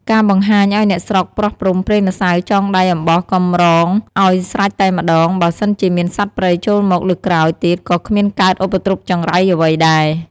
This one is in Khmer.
ការបង្ហាញអោយអ្នកស្រុកប្រោះព្រំប្រេងម្សៅចងដៃអំបោះកំរងអោយស្រេចតែម្តង បើសិនជាមានសត្វព្រៃចូលមកលើកក្រោយទៀតក៏គ្មានកើតឧបទ្រពចង្រៃអ្វីដែរ។